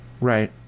Right